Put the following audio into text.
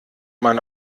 man